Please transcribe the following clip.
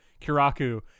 Kiraku